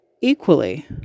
equally